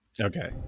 okay